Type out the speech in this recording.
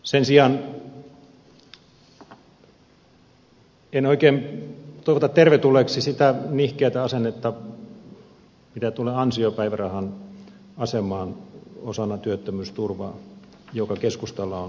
sen sijaan en oikein toivota tervetulleeksi sitä nihkeätä asennetta mitä tulee ansiopäivärahan asemaan osana työttömyysturvaa joka keskustalla on